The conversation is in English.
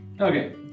okay